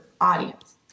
audience